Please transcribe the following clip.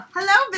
Hello